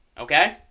Okay